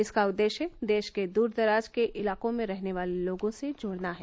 इसका उद्देश्य देश के दूरदराज के इलाकों में रहने वाले लोगों से जुड़ना है